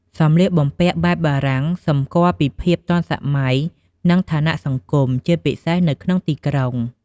សម្លៀកបំពាក់បែបបារាំងសម្គាល់ពីភាពទាន់សម័យ និងឋានៈសង្គម ជាពិសេសនៅទីក្រុង។